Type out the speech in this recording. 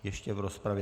Ještě v rozpravě.